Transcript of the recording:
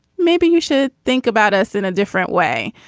maybe you should think about us in a different way.